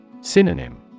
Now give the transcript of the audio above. Synonym